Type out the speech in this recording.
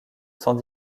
sans